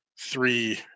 three